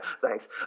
thanks